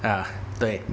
ya 对